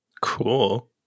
cool